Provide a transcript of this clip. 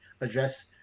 address